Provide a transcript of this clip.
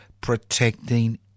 protecting